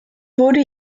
wurde